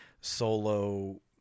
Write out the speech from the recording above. solo